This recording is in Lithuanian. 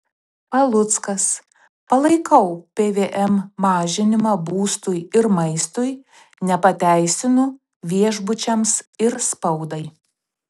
paluckas palaikau pvm mažinimą būstui ir maistui nepateisinu viešbučiams ir spaudai